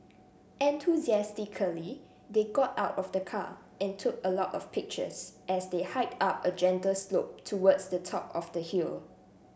enthusiastically they got out of the car and took a lot of pictures as they hiked up a gentle slope towards the top of the hill